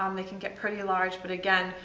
um they can get pretty large. but again,